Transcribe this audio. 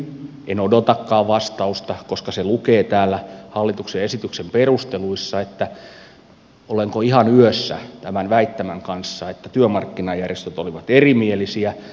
kysyn en odotakaan vastausta koska se lukee täällä hallituksen esityksen perusteluissa olenko ihan yössä tämän väittämän kanssa että työmarkkinajärjestöt olivat erimielisiä